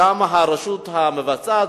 גם הרשות המבצעת,